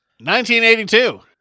1982